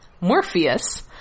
Morpheus